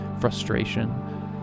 frustration